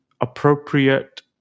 appropriate